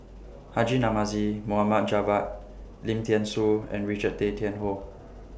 Haji Namazie Mohd Javad Lim Thean Soo and Richard Tay Tian Hoe